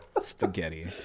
spaghetti